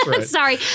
Sorry